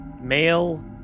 male